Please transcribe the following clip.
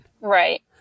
Right